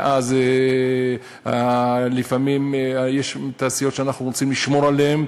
ואז לפעמים, יש תעשיות שאנחנו רוצים לשמור עליהן,